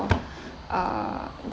uh